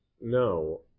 no